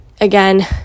again